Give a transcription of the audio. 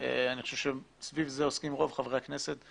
ואני חושב שסביב זה עוסקים רוב חברי הכנסת,